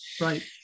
Right